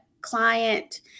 client